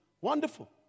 wonderful